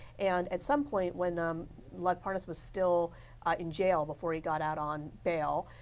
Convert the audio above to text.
and at some point, when um lev parnas was still in jail, before he got out on bail,